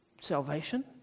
salvation